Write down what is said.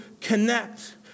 connect